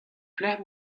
pelecʼh